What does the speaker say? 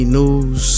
news